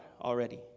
already